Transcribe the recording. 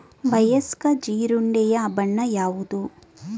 ವಯಸ್ಕ ಜೀರುಂಡೆಯ ಬಣ್ಣ ಯಾವುದು?